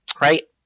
Right